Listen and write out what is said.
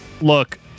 Look